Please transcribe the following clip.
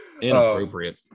inappropriate